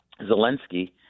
Zelensky